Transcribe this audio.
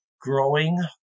growing